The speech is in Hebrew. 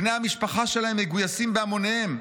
בני המשפחה שלהם מגויסים בהמוניהם,